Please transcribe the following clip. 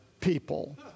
people